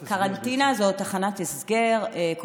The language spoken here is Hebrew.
אה, לתחנת ההסגר הזאת.